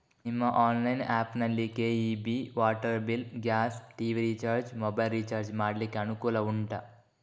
ನಿಮ್ಮ online app ನಲ್ಲಿ KEB, water bill, gas, TV recharge, mobile recharge ಮಾಡ್ಲಿಕ್ಕೆ ಅನುಕೂಲ ಉಂಟಾ